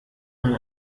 man